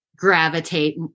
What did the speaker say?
gravitate